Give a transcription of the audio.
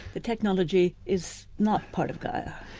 that technology is not part of gaia.